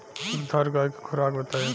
दुधारू गाय के खुराक बताई?